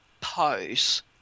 pose